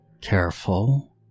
Careful